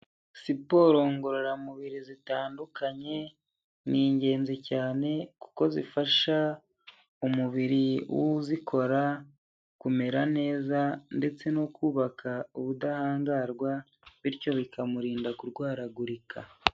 Siporo ngororamubiri zitandukanye, ni ingenzi cyane kuko zifasha umubiri w'uzikora kumera neza, ndetse no kubaka ubudahangarwa, bityo bikamurinda kurwaragurika.